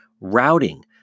routing